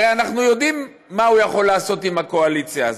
הרי אנחנו יודעים מה הוא יכול לעשות עם הקואליציה הזאת.